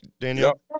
Daniel